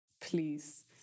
please